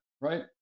right